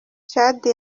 tchad